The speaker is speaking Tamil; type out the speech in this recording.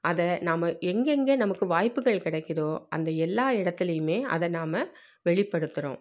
அதை நாம் எங்கெங்கே நமக்கு வாய்ப்புகள் கிடைக்குதோ அந்த எல்லா இடத்துலையுமே அதை நாம் வெளிப்படுத்துகிறோம்